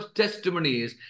testimonies